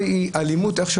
לא משחק,